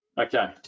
Okay